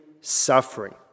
suffering